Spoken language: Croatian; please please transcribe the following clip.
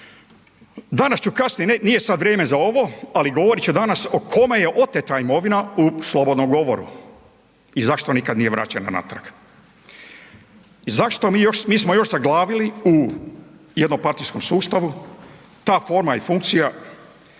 Danas ću kasnije, nije sad vrijeme za ovo, ali govorit ću danas o kome je oteta imovina u slobodnom govoru i zašto nikad nije vraćena natrag. Zašto mi još, mi smo još zaglavili u jednom partijskom sustavu, ta forma i funkcija